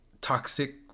toxic